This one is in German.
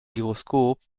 gyroskop